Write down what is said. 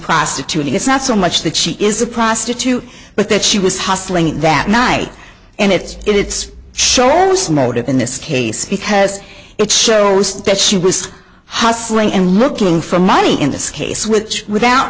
prostituting it's not so much that she is a prostitute but that she was hustling that night and it's it's shows motive in this case because it shows that she was hustling and looking for money in this case which without